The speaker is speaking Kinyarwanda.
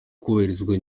kubahirizwa